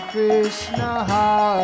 Krishna